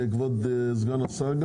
כבוד סגן השרה,